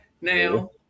Now